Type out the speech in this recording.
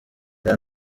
aya